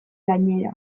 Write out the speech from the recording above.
gainera